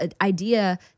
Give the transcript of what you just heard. idea